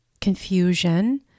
confusion